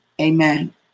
Amen